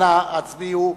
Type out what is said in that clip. אנא הצביעו.